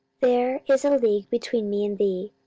there is a league between me and thee,